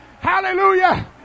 hallelujah